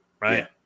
Right